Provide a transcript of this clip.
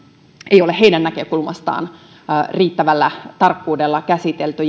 ei ole heidän näkökulmastaan riittävällä tarkkuudella käsitelty